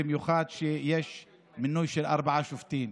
במיוחד שיש מינוי של ארבעה שופטים.